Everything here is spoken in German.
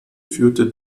führte